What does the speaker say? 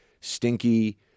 stinky